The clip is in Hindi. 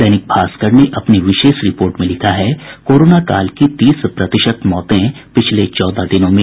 दैनिक भास्कर ने अपनी विशेष रिपोर्ट में लिखा है कोरोना काल की तीस प्रतिशत मौतें पिछले चौदह दिनों में